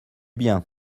bien